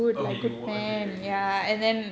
okay he w~ okay okay